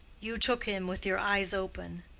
you took him with your eyes open.